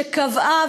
שקבעה,